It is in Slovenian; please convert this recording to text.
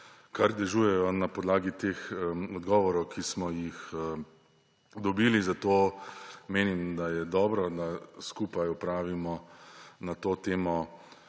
kar dežujejo na podlagi teh odgovorov, ki smo jih dobili, zato menim, da je dobro, da skupaj opravimo na to temo